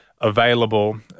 available